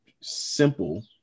simple